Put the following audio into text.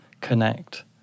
connect